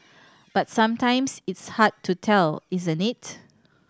but sometimes it's hard to tell isn't it